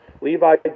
Levi